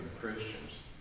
Christians